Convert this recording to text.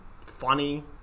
funny